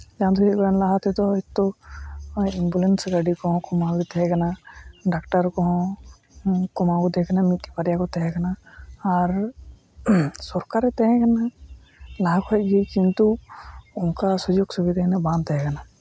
ᱠᱟᱨᱚᱱ ᱫᱚ ᱦᱩᱭᱩᱜ ᱠᱟᱱᱟ ᱞᱟᱦᱟ ᱛᱮᱫᱚ ᱦᱳᱭᱛᱳ ᱦᱚᱸᱜᱼᱚᱭ ᱮᱢᱵᱩᱞᱮᱱᱥ ᱜᱟᱹᱰᱤ ᱠᱚᱦᱚᱸ ᱠᱚᱢᱜᱮ ᱛᱟᱦᱮᱸᱠᱟᱱᱟ ᱰᱟᱠᱴᱟᱨ ᱠᱚᱦᱚᱸ ᱠᱚᱢᱟᱣ ᱜᱮ ᱛᱮᱦᱮᱸᱠᱟᱱᱟ ᱢᱤᱫᱴᱮᱡ ᱵᱟᱨᱭᱟ ᱠᱚ ᱛᱮᱦᱮᱸᱠᱟᱱᱟ ᱟᱨ ᱥᱚᱨᱠᱟᱨᱤ ᱛᱮᱦᱮᱸᱠᱟᱱᱟ ᱞᱟᱦᱟ ᱠᱷᱚᱡ ᱜᱮ ᱠᱤᱱᱛᱩ ᱚᱱᱠᱟ ᱥᱩᱡᱳᱜᱽ ᱥᱩᱵᱤᱫᱟ ᱫᱚ ᱤᱱᱟᱹᱜ ᱵᱟᱝ ᱛᱮᱦᱮᱸᱠᱟᱱᱟ